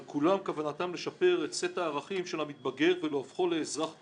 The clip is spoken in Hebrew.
אבל כוונת כולם לשפר את סט הערכים של המתבגר ולהופכו לאזרח תורם,